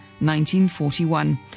1941